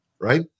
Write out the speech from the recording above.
right